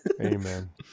amen